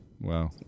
wow